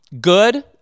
good